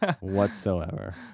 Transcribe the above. whatsoever